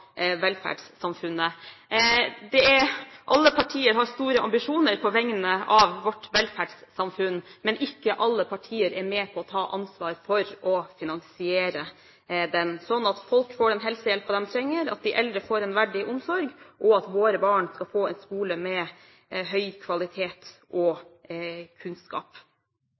finansieringen av velferdssamfunnet. Alle partier har store ambisjoner på vegne av vårt velferdssamfunn, men ikke alle partier er med på å ta ansvar for å finansiere det, slik at folk får den helsehjelpen de trenger, at de eldre får en verdig omsorg, og at våre barn skal få en skole med høy kvalitet og kunnskap.